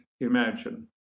imagine